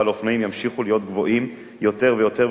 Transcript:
לאופנועים ימשיכו להיות גבוהים יותר ויותר,